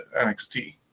NXT